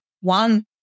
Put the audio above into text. one